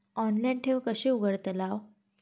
Online ठेव कशी उघडतलाव?